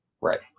Right